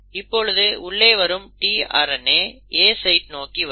இப்பொழுது உள்ளே வரும் tRNA A சைட் நோக்கி வரும்